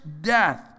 death